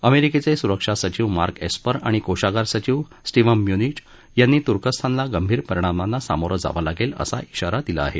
अमेरिकेचे सुरक्षा सचिव मार्क एस्पर आणि कोषागार सचिव स्टिवम म्युचिन यांना तुर्कस्थानला गंभीर परिणामांना सामोरं जावं लागेल असा इशारा दिला आहे